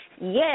Yes